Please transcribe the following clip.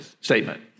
statement